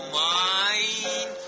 mind